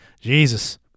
Jesus